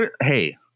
Hey